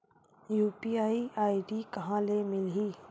UPI ID कहां ले मिलही?